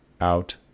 out